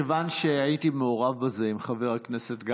מכיוון שהייתי מעורב בזה עם חבר הכנסת גפני,